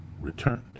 returned